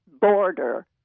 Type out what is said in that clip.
border